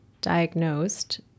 diagnosed